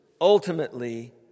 ultimately